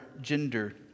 gender